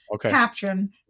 caption